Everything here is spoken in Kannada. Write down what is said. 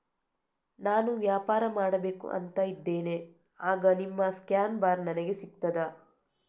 ನಾನು ವ್ಯಾಪಾರ ಮಾಡಬೇಕು ಅಂತ ಇದ್ದೇನೆ, ಆಗ ನಿಮ್ಮ ಸ್ಕ್ಯಾನ್ ಬಾರ್ ನನಗೆ ಸಿಗ್ತದಾ?